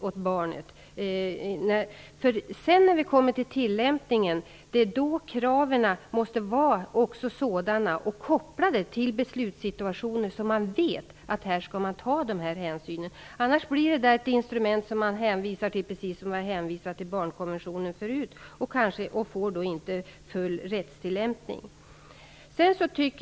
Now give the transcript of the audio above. Det är när vi kommer till tillämpningen som kraven måste vara kopplade till beslutssituationer och utformade så att man vet att här skall dessa hänsyn tas. Annars blir det ett instrument som man hänvisar till precis som man hänvisade till barnkonventionen förut. Den får då inte full rättstillämpning.